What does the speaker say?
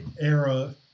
era